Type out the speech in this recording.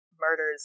murders